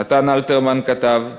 נתן אלתרמן כתב: